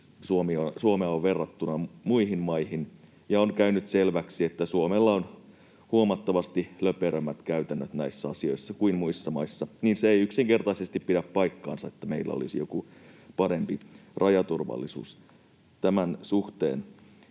Suomea on verrattu muihin maihin, ja on käynyt selväksi, että Suomella on huomattavasti löperömmät käytännöt näissä asioissa kuin on muissa maissa, niin että se ei yksinkertaisesti pidä paikkaansa, että meillä olisi parempi rajaturvallisuus tämän suhteen.